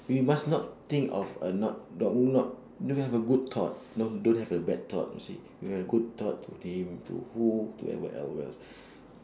we must not think of a not but do not don't have a good thought don't don't have a bad thought you see we must have good thought to think to who to whoever else who else